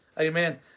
amen